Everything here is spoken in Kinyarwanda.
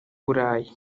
burayi